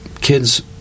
kids